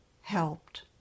helped